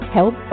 Help